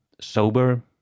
sober